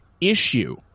issue